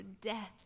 death